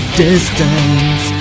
distance